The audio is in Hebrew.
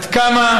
עד כמה